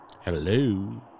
Hello